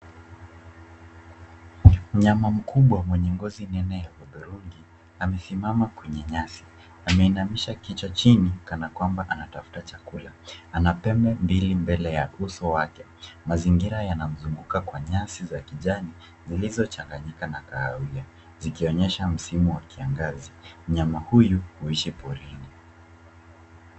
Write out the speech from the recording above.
Mnyama mkubwa mwenye ngozi nene ya hudhurungi amesimama kwenye nyasi. Ameinamisha kichwa chini kana kwamba anatafuta chakula. Ana pembe mbili mbele ya uso wake. Mazingira yanamzunguka kwa nyasi za kijani zilizochanganyika na kahawia zikionyesha msimu wa kiangazi. Mnyama huyu huishi porini.